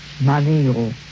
money